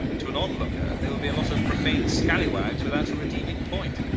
to an onlooker they would be a lot of profane scallywags without a redeeming point.